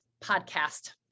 podcast